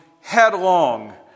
headlong